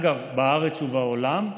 אגב, בארץ ובעולם,